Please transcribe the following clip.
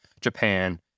Japan